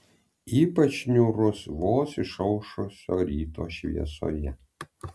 ypač niūrus vos išaušusio ryto šviesoje